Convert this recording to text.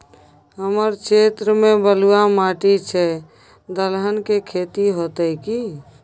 हमर क्षेत्र में बलुआ माटी छै, दलहन के खेती होतै कि?